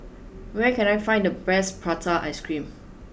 where can I find the best Prata Ice Cream